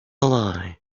lie